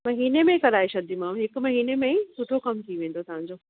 महीने में ई कराए छॾंदीमांव हिकु महिने में ई सुठो कम थी वेंदो तव्हांजो